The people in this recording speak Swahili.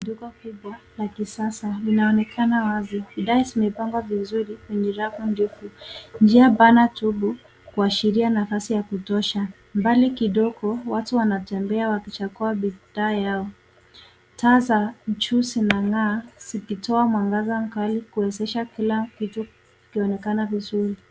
Duka kubwa la kisasa linaonekana wazi. Bidhaa zimepangwa vizuri kwenye rafu ndefu. Njia pana tubu kuashiria nafasi ya kutosha. Mbali kidogo watu wanatembea wakichagua bidhaa yao. Taa za juu zinangaa zikitoa mwangaza kali kuwezesha kila kitu kuonekana vizuri.